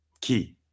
key